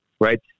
right